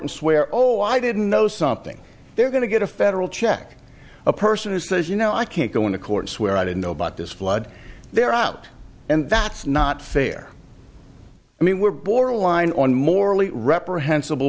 and swear oh i didn't know something they're going to get a federal check a person who says you know i can't go in the courts where i didn't know about this flood they're out and that's not fair i mean we're borderline on morally reprehensible